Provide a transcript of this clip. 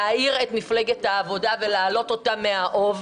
להעיר את מפלגת העבודה ולהעלות אותה מהאוב.